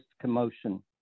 commotion